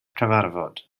cyfarfod